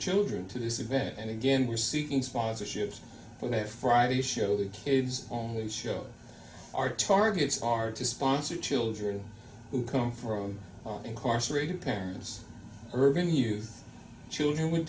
children to this event and again we're seeking sponsorships for that friday show the caves on the show our targets are to sponsor children who come from incarcerated parents urban youth children with